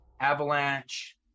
Avalanche